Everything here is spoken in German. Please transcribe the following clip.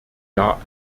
jahr